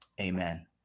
Amen